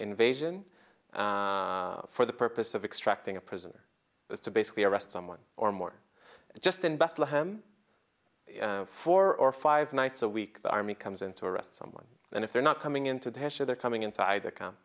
invasion for the purpose of extracting a prisoner as to basically arrest someone or more just in bethlehem four or five nights a week the army comes in to arrest someone and if they're not coming into the issue they're coming into either